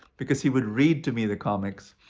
because he would read to me the comics.